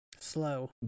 Slow